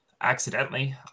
accidentally